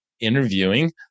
Interviewing